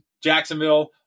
Jacksonville